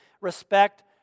respect